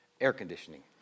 air-conditioning